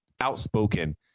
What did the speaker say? outspoken